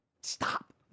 Stop